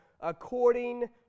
according